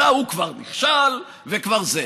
הוא כבר נכשל וכבר זה.